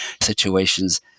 situations